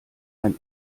ein